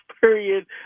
period